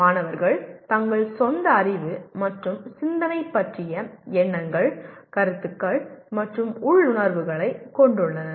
மாணவர்கள் தங்கள் சொந்த அறிவு மற்றும் சிந்தனை பற்றிய எண்ணங்கள் கருத்துக்கள் மற்றும் உள்ளுணர்வுகளைக் கொண்டுள்ளனர்